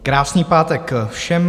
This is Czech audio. Krásný pátek všem.